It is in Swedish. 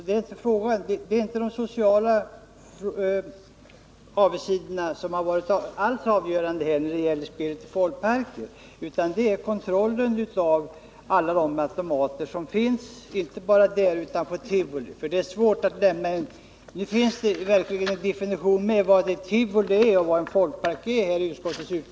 Det är inte de sociala avigsidorna som varit avgörande när det gällt ställningstagandet till spelen i folkparker, utan det är möjligheterna till kontroll av alla de automater som finns, inte bara där utan också på tivolin. I utskottets betänkande finns nu en definition av vad som är tivoli och vad som är folkpark.